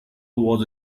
was